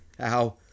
Ow